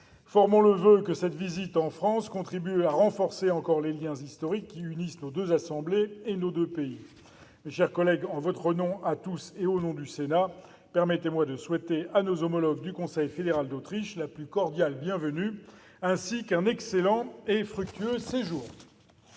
Formons le voeu que cette visite en France contribue à renforcer encore les liens historiques qui unissent nos deux assemblées et nos deux pays. Mes chers collègues, en votre nom à tous et au nom du Sénat, permettez-moi de souhaiter à nos homologues du Conseil fédéral d'Autriche la plus cordiale bienvenue, ainsi qu'un excellent et fructueux séjour.